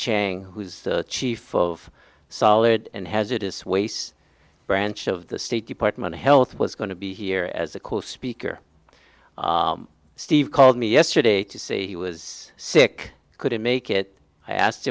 chang who's the chief of solid and hazardous waste branch of the state department of health was going to be here as a cool speaker steve called me yesterday to say he was sick couldn't make it i asked